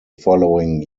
following